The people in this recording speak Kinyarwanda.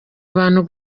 abantu